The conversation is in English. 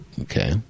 Okay